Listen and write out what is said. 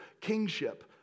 Kingship